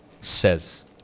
says